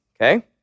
okay